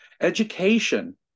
Education